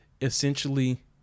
Essentially